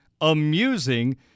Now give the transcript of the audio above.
amusing